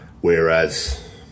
Whereas